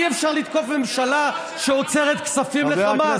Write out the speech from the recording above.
אי-אפשר לתקוף ממשלה שעוצרת כספים לחמאס.